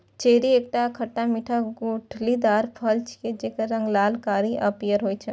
cherry एकटा खट्टा मीठा गुठलीदार फल छियै, जेकर रंग लाल, कारी आ पीयर होइ छै